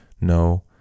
No